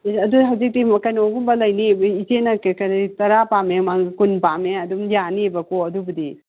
ꯑꯗꯣ ꯍꯧꯖꯤꯛꯀꯤ ꯀꯩꯅꯣꯒꯨꯝꯕ ꯂꯩꯅꯤ ꯏꯆꯦꯅ ꯀꯦꯖꯤ ꯇꯔꯥ ꯄꯥꯝꯃꯦ ꯀꯨꯟ ꯄꯥꯝꯃꯦ ꯑꯗꯨꯝ ꯌꯥꯅꯤꯕꯀꯣ ꯑꯗꯨꯕꯨꯗꯤ